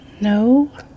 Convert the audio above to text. No